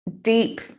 deep